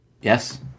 Yes